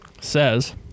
says